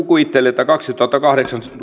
kuvittelee että kaksituhattakahdeksan